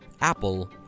Apple